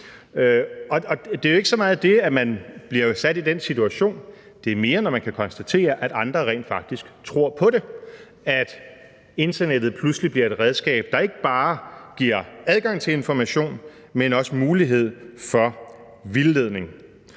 det er jo ikke så meget det, at man bliver sat i den situation, det er mere, når man kan konstatere, at andre rent faktisk tror på det, at internettet pludselig bliver et redskab, der ikke bare giver adgang til information, men også mulighed for vildledning.